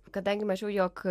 kadangi mačiau jog